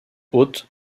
hautes